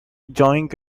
joined